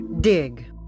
Dig